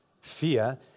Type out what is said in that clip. fear